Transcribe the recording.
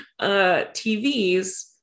TVs